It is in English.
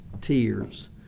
tears